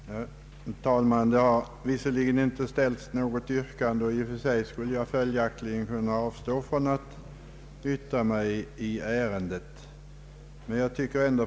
Herr talman! Det har visserligen inte ställts något yrkande, och jag skulle följaktligen kunna avstå från att yttra mig i ärendet.